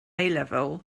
level